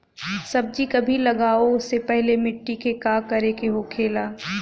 सब्जी कभी लगाओ से पहले मिट्टी के का करे के होखे ला?